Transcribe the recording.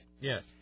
Yes